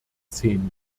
zehn